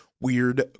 weird